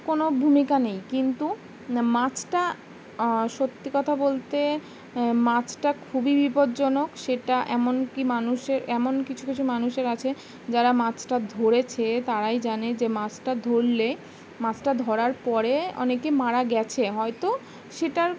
কোনো ভূমিকা নেই কিন্তু মাছটা সত্যি কথা বলতে মাছটা খুবই বিপজ্জনক সেটা এমনকি মানুষের এমন কিছু কিছু মানুষের আছে যারা মাছটা ধরেছে তারাই জানে যে মাছটা ধরলে মাছটা ধরার পরে অনেকে মারা গেছে হয়তো সেটার